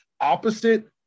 opposite